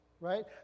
Right